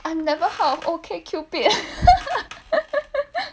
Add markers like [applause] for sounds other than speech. I never heard of okcupid [laughs]